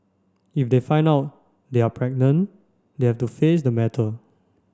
if they find out they are pregnant they have to face the matter